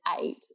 eight